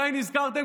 מתי נזכרתם?